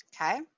Okay